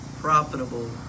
profitable